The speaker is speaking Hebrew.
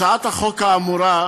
הצעת החוק האמורה,